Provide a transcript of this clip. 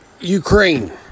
Ukraine